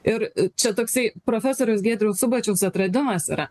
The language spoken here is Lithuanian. ir čia toksai profesoriaus giedriaus subačiaus atradimas yra